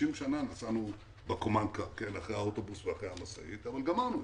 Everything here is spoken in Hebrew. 60 שנה נסענו בקומנדקר אחרי האוטובוס או אחרי המשאית אבל גמרנו.